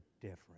different